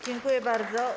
Dziękuję bardzo.